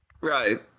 Right